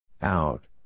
Out